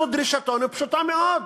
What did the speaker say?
אנחנו, דרישתנו פשוטה מאוד: